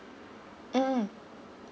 mm